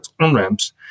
on-ramps